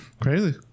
Crazy